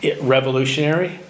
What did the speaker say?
revolutionary